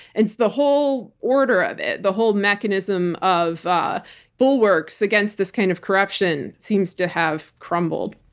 it's the whole order of it, the whole mechanism of ah bulwarks against this kind of corruption seems to have crumbled.